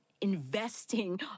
investing